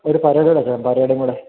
ഒര് പരേഡ് കൂടെ നടത്താം പരേഡും കൂടെ